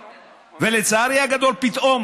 ולצערי הגדול, פתאום